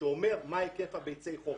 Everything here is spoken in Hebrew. שאומר מה היקף ביצי החופש,